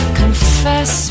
confess